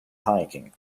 hiking